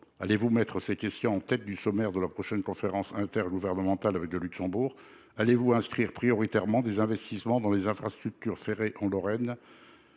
Allez-vous mettre ces questions en tête du sommaire de la prochaine conférence intergouvernementale avec le Luxembourg ? Allez-vous inscrire prioritairement des investissements en faveur des infrastructures ferrées en Lorraine